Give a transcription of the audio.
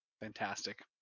Fantastic